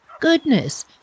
goodness